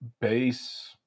base